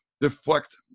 deflect